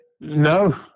No